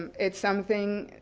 um it's something